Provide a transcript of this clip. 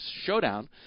Showdown